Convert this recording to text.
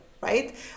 right